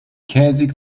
käsig